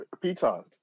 Peter